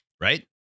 Right